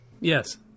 yes